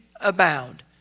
abound